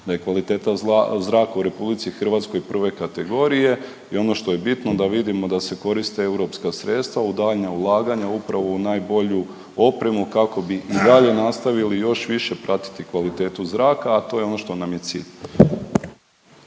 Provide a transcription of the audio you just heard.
da je kvaliteta zraka u RH prve kategorije i ono što je bitno da vidimo da se koriste EU sredstva u daljnja ulaganja upravo u najbolju opremu kako bi i dalje nastavili još više pratiti kvalitetu zraka, a to je ono što nam je cilj.